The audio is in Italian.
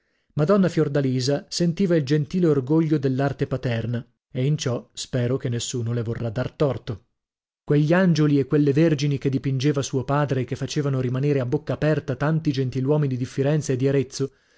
madonna fiordalisa sentiva il gentile orgoglio dell'arte paterna e in ciò spero che nessuno le vorrà dar torto quegli angioli e quelle vergini che dipingeva suo padre e che facevano rimanere a bocca aperta tanti gentiluomi di firenze e di arezzo